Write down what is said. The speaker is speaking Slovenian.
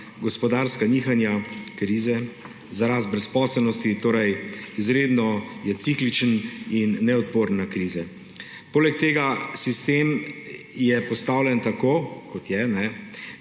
gospodarska nihanja, krize, za rast brezposelnosti, torej je izredno cikličen in neodporen na krize. Poleg tega je sistem postavljen tako, kot je, ne